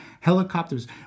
helicopters